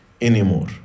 anymore